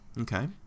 Okay